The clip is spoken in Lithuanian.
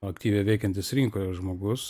aktyviai veikiantis rinkoje žmogus